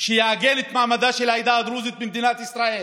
שיעגן את מעמדה של העדה הדרוזית במדינת ישראל